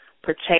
protect